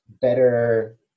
better